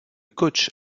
coach